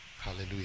hallelujah